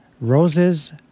roses